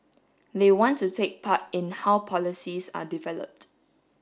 they want to take part in how policies are developed